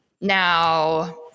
Now